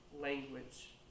language